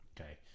Okay